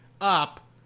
up